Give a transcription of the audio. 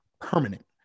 permanent